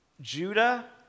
Judah